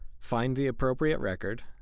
find the appropriate record,